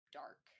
dark